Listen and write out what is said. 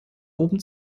oben